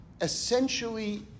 essentially